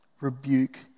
rebuke